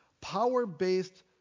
Power-based